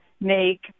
make